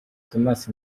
thomas